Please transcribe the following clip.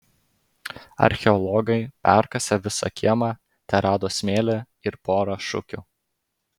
archeologai perkasę visą kiemą terado smėlį ir porą šukių